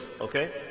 Okay